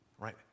Right